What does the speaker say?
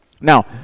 Now